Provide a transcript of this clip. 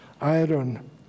iron